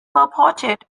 purported